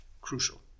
crucial